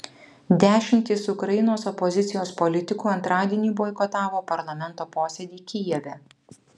dešimtys ukrainos opozicijos politikų antradienį boikotavo parlamento posėdį kijeve